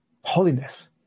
holiness